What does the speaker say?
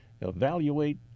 evaluate